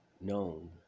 known